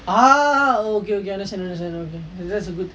ah okay okay understand understand